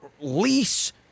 lease